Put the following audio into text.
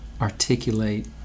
articulate